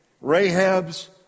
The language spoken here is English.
Rahab's